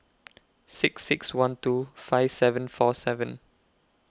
six six one two five seven four seven